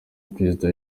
perezida